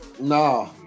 nah